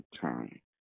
time